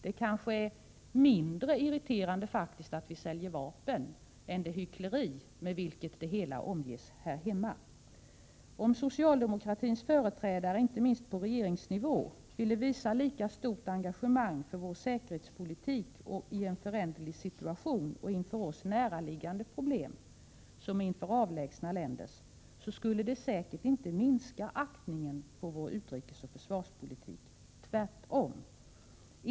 Det kanske är mindre irriterande att vi säljer vapen än det hyckleri med vilket det hela omges här hemma. Om socialdemokratins företrädare, inte minst på regeringsnivå, ville visa lika stort engagemang för vår egen säkerhetspolitik i en föränderlig situation och inför oss näraliggande problem som inför avlägsna länders, skulle det säkert inte minska aktningen för vår utrikesoch försvarspolitik — tvärtom.